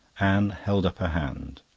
anne held up her hand.